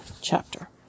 chapter